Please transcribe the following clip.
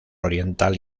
oriental